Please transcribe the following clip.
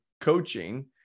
coaching